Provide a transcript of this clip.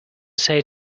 say